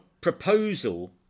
proposal